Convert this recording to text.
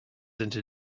into